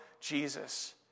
Jesus